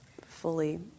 fully